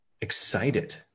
excited